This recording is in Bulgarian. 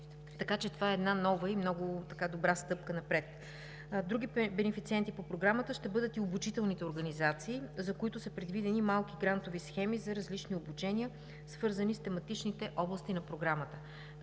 Това е една нова и много добра стъпка напред. Други бенефициенти по Програмата ще бъдат и обучителните организации, за които са предвидени малки грантови схеми за различни обучения, свързани с тематичните области на Програмата.